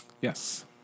Yes